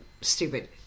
stupid